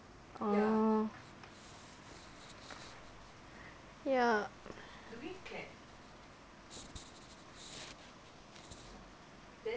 orh yup maybe can